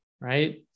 right